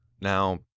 Now